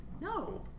No